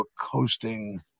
coasting